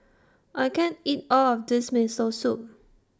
I can't eat All of This Miso Soup